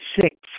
Six